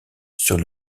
sur